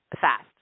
Fast